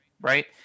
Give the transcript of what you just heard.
right